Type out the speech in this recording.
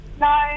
No